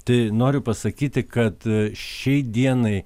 tai noriu pasakyti kad šiai dienai